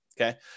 Okay